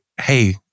hey